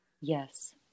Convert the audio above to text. Yes